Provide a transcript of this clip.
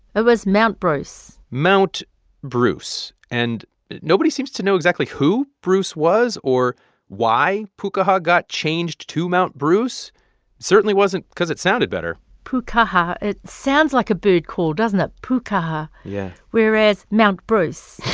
it was mount bruce mount bruce. and nobody seems to know exactly who bruce was or why pukaha got changed to mount bruce. it certainly wasn't because it sounded better pukaha it sounds like a bird call, doesn't it? pukaha yeah. whereas mount bruce.